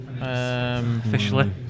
Officially